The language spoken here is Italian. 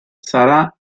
sarà